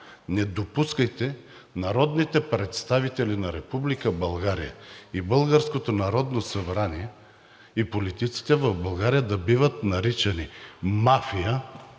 не допускайте народните представители на Република България, българското Народно събрание и политиците в България да бъдат наричани мафия